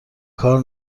کار